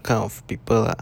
kind of people lah